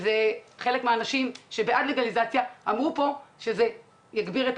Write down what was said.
שחלק מהאנשים שבעד הלגליזציה אמרו שזה יגיר את